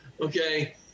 okay